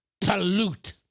Pollute